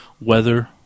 Weather